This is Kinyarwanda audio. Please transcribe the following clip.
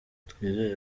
twizere